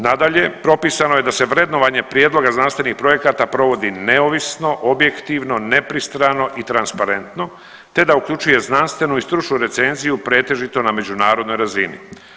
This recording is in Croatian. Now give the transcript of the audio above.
Nadalje, propisano je da se vrednovanje prijedloga znanstvenih projekata provodi neovisno, objektivno, nepristrano i transparentno te da uključuje znanstvenu i stručnu recenziju pretežito na međunarodnoj razini.